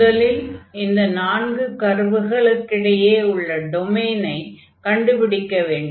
முதலில் இந்த நான்கு கர்வுகளுக்கு இடையே உள்ள டொமைனை கண்டுபிடிக்க வேண்டும்